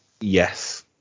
Yes